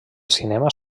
cinema